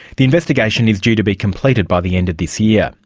the investigation is due to be completed by the end of this year.